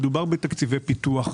מדובר בתקציבי פיתוח.